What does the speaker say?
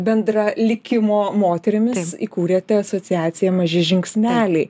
bendra likimo moterimis įkūrėte asociaciją maži žingsneliai